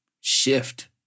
shift